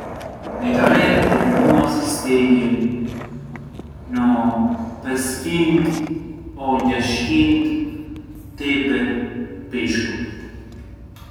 Në Itali për mua sistirjen no pes qint o gjashtë qint tipi pishku